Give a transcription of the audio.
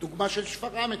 הדוגמה של שפרעם אתמול,